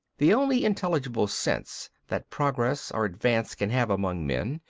the only intelligible sense that progress or advance can have among men,